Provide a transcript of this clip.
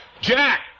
Jack